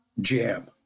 jam